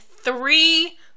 three